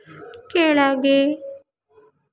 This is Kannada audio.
ಕೆಳಗೆ